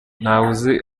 ntawuzi